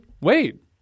wait